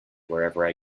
wherever